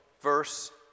verse